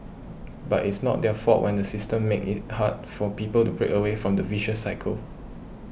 but it's not their fault when the system makes it hard for people to break away from the vicious cycle